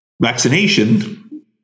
vaccination